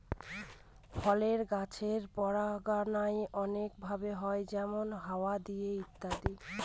ফলের গাছের পরাগায়ন অনেক ভাবে হয় যেমন হাওয়া দিয়ে ইত্যাদি